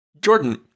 Jordan